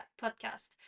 podcast